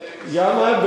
זה נשמע רע מאוד